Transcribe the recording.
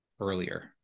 earlier